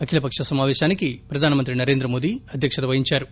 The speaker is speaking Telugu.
అఖిలపక్ష సమాపేశానికి ప్రధానమంత్రి నరేంద్ర మోదీ అధ్యక్షత వహించారు